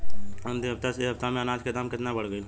अंतिम हफ्ता से ए हफ्ता मे अनाज के दाम केतना बढ़ गएल?